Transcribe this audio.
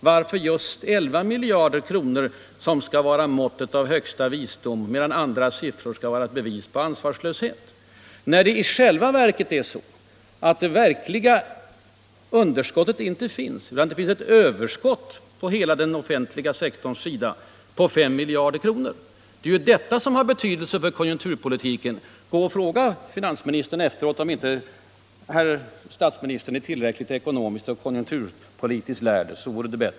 Varför skall just 11 miljarder kronor vara måttet på högsta visdom, medan andra siffror kallas bevis på ansvarslöshet? I själva verket är det ju så, att det inte föreligger något verkligt underskott. Det är ett överskott inom hela den offentliga sektorn på 5 miljarder. Det är detta som har betydelse för konjunkturpolitiken. Gå och fråga finansministern efteråt, om inte herr statsministern är tillräckligt ekonomiskt och konjunkturpolitiskt lärd!